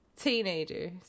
teenagers